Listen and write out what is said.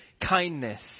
Kindness